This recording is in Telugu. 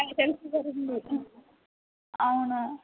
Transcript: అవునా